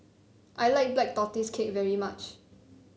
I like Black Tortoise Cake very much